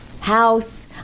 House